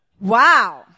Wow